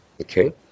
Okay